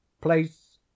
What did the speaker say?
Place